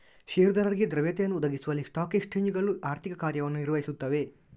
ಷೇರುದಾರರಿಗೆ ದ್ರವ್ಯತೆಯನ್ನು ಒದಗಿಸುವಲ್ಲಿ ಸ್ಟಾಕ್ ಎಕ್ಸ್ಚೇಂಜುಗಳು ಆರ್ಥಿಕ ಕಾರ್ಯವನ್ನು ನಿರ್ವಹಿಸುತ್ತವೆ